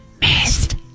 Missed